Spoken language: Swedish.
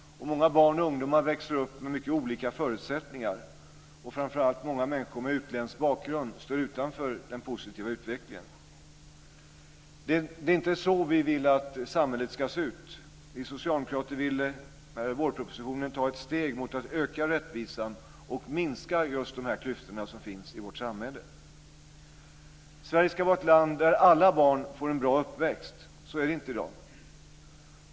Många barn och ungdomar växer upp med mycket olika förutsättningar. Framför allt står många människor med utländsk bakgrund utanför den positiva utvecklingen. Det är inte så vi vill att samhället ska se ut. Vi socialdemokrater vill med vårpropositionen ta ett steg för att öka rättvisan och minska just de klyftor som finns i vårt samhälle. Sverige ska vara ett land där alla barn får en bra uppväxt. Så är det inte i dag.